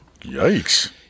Yikes